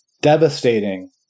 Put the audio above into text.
devastating